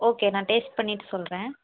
okay நான் taste பண்ணிவிட்டு சொல்லுறேன்